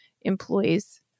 employees